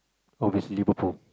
obviously Liverpool